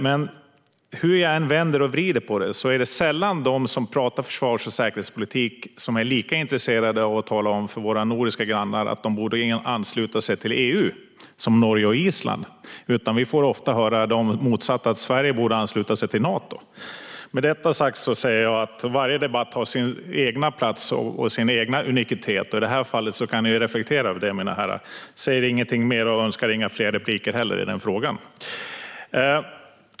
Men hur jag än vänder och vrider på det är det sällan de som pratar försvars och säkerhetspolitik som är intresserade av att tala om för våra nordiska grannar att de borde ansluta sig till EU, till exempel Norge och Island, utan vi får ofta höra det motsatta, det vill säga att Sverige borde ansluta sig till Nato. Med detta sagt säger jag att varje debatt har sin egen plats och sin egen unikhet, och i det här fallet kan ni reflektera över det, mina herrar. Jag säger ingenting mer - och jag önskar inga fler repliker i frågan!